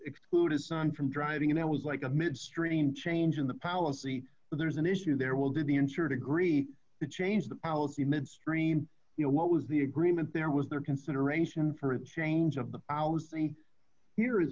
exclude his son from driving and i was like a midstream change in the policy but there's an issue there will be insured agree to change the policy midstream you know what was the agreement there was their consideration for a change of the policy here is